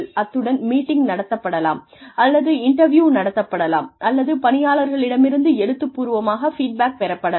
அத்துடன் மீட்டிங் நடத்தப்படலாம் அல்லது இன்டர்வியூ நடத்தப்படலாம் அல்லது பணியாளர்களிடமிருந்து எழுத்துப்பூர்வமாக ஃபீட்பேக் பெறப்படலாம்